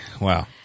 Wow